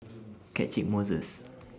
Catchick Moses